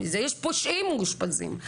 יש פושעים מאושפזים,